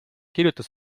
kirjutas